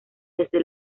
desde